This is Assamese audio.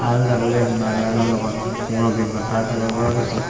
ভাল যাবলৈ হিমালয়নৰ লগত মোৰ অভিজ্ঞতাৰ ফালৰ পৰা কৈছোঁ